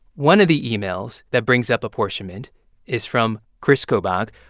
one of the emails that brings up apportionment is from kris kobach,